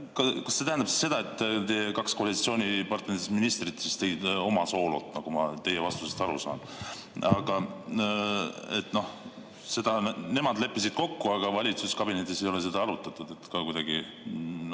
Kas see tähendab siis seda, et teie kaks koalitsioonipartneritest ministrit tegid oma soolot, nagu ma teie vastusest aru saan? Nemad leppisid kokku, aga valitsuskabinetis ei ole seda arutatud? Ka kuidagi,